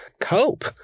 cope